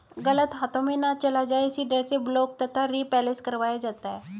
गलत हाथों में ना चला जाए इसी डर से ब्लॉक तथा रिप्लेस करवाया जाता है